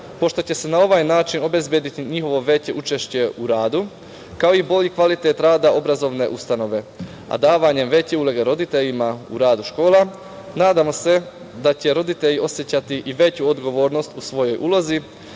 pošto će se na ovaj način obezbediti njihove veće učešće u radu, kao i bolji kvalitet rada obrazovne ustanove, a davanjem veće uloge roditeljima u radu škola nadamo se da će roditelji osećati i veću odgovornost u svojoj ulozi